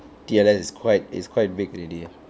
T_L_S is quite is quite big already